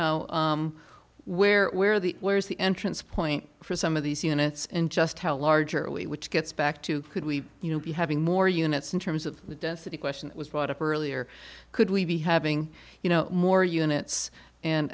where where the where is the entrance point for some of these units and just how large are we which gets back to could we you know be having more units in terms of the density question was brought up earlier could we be having you know more units and